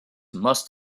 must